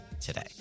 today